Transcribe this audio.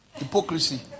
Hypocrisy